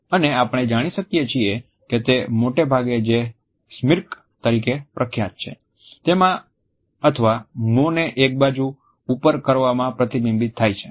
અને આપણે જાણી શકીએ છીએ કે તે મોટેભાગે જે સ્મિર્ક તરીકે પ્રખ્યાત છે તેમા અથવા મોંને એક બાજુ ઉપર કરવામાં પ્રતિબિંબિત થાય છે